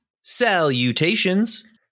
Salutations